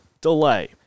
delay